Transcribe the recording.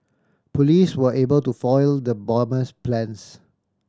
police were able to foil the bomber's plans